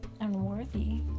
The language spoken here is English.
unworthy